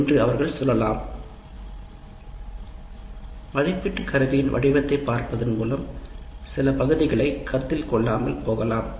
'மதிப்பீட்டு கருவியின் வடிவத்தைப் பார்ப்பதன் மூலம் சில பகுதிகளை கருத்தில் இருந்து விடத் தொடங்கலாம்